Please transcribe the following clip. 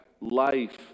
life